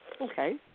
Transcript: Okay